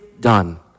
done